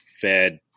fed